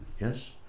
Yes